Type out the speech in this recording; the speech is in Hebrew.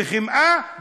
וחמאה,